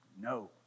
No